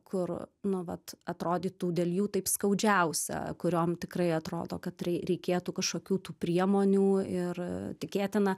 kur nu vat atrodytų dėl jų taip skaudžiausia kuriom tikrai atrodo kad reikėtų kažkokių tų priemonių ir tikėtina